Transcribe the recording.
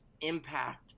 impact